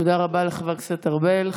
תודה רבה לחבר הכנסת ארבל.